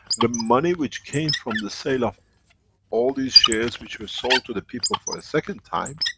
the money which came from the sale of all these shares which were sold to the people for a second time,